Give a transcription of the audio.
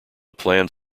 planned